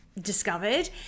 discovered